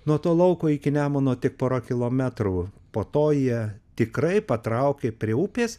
nuo to lauko iki nemuno tik pora kilometrų po to jie tikrai patraukė prie upės